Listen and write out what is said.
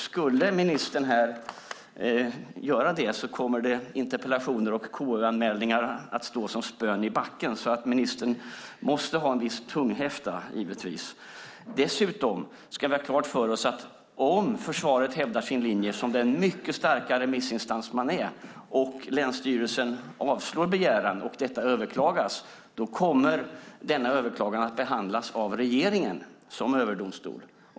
Skulle ministern göra det skulle interpellationer och KU-anmälningar att stå som spön i backen, så ministern måste givetvis ha en viss tunghäfta. Dessutom ska vi ha klart för oss att om försvaret hävdar sin linje som den mycket starka remissinstans det är och länsstyrelsen avslår begäran och detta överklagas, då kommer denna överklagan att behandlas av regeringen som överdomstol.